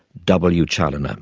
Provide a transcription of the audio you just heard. w. chaloner.